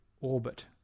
orbit